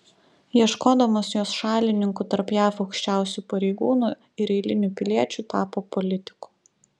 ieškodamas jos šalininkų tarp jav aukščiausių pareigūnų ir eilinių piliečių tapo politiku